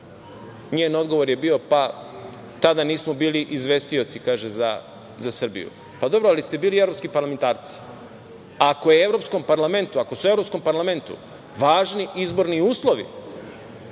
Njen odgovor je bio, tada nismo bili izvestioci za Srbiju. Dobro, ali ste bili evropski parlamentarci. Ako su Evropskom parlamentu važni izborni uslovi,